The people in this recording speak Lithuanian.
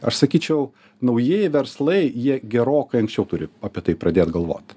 aš sakyčiau naujieji verslai jie gerokai anksčiau turi apie tai pradėt galvot